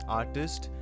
artist